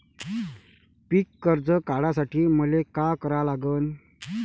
पिक कर्ज काढासाठी मले का करा लागन?